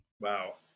Wow